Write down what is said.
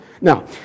Now